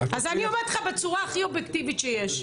אז אני אומרת לך בצורה הכי אובייקטיבית שיש,